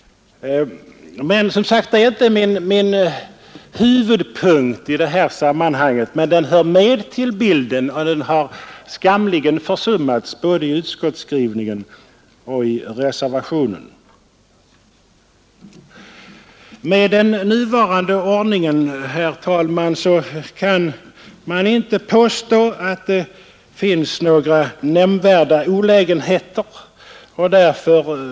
Detta är som sagt inte min huvudpunkt i detta sammanhang, men det hör till bilden, och det har skamligen försummats både i utskottets skrivning och i reservationen. Man kan inte påstå att det finns några nämnvärda olägenheter med den nuvarande ordningen.